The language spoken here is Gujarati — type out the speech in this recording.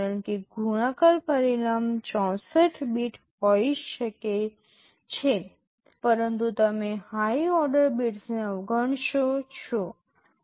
હવે પછીના લેક્ચરમાં અમે ડેટા ટ્રાન્સફર ઇન્સટ્રક્શન વિશે વાત કરીશું વિવિધ પ્રકારની ડેટા ટ્રાન્સફર ઇન્સટ્રક્શન્સ શું છે જેનો ઉપયોગ રજિસ્ટર અને મેમરી વચ્ચે ડેટા ટ્રાન્સફર કરવા માટે થઈ શકે છે